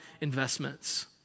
investments